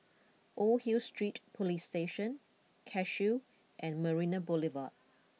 Old Hill Street Police Station Cashew and Marina Boulevard